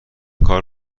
کار